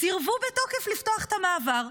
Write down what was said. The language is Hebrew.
הם סירבו בתוקף לפתוח את המעבר.